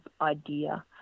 idea